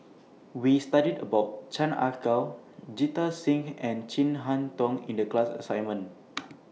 We studied about Chan Ah Kow Jita Singh and Chin Harn Tong in The class assignment